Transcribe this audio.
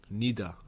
Nida